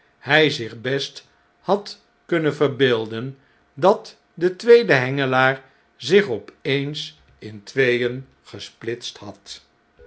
hy zich best had hunnen verbeelden dat de tweede hengelaar zich op eens in tweeen gesplitst had